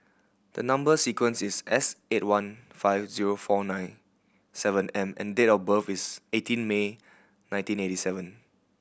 the number sequence is S eight one five zero four nine seven M and date of birth is eighteen May nineteen eighty seven